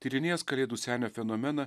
tyrinėjęs kalėdų senio fenomeną